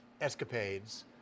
escapades